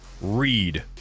read